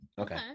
Okay